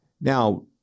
Now